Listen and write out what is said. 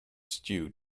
stew